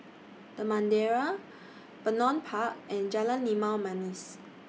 The Madeira Vernon Park and Jalan Limau Manis